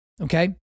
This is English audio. Okay